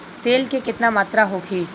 तेल के केतना मात्रा होखे?